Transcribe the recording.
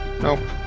Nope